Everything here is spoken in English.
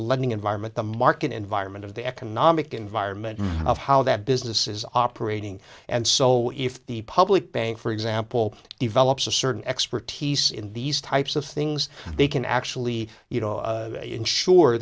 lending environment the market environment of the economic environment of how that business is operating and so if the public bank for example develops a certain expertise in these types of things they can actually you know ensure